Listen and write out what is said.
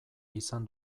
izan